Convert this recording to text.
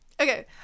Okay